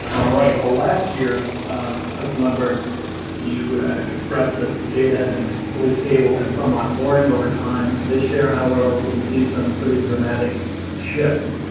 alright, well last year mr lundberg you express that the data had been really stable and somewhat boring overtime this year however, we see some pretty dramatic shifts,